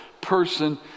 person